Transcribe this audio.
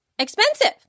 expensive